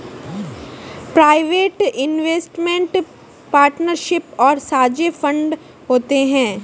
private investment partnership और साझे fund होते हैं